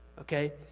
okay